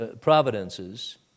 providences